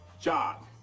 job